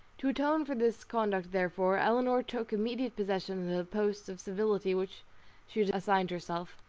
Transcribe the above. to atone for this conduct therefore, elinor took immediate possession of the post of civility which she had assigned herself,